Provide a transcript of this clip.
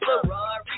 Ferrari